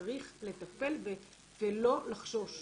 צריך לטפל ולא לחשוש,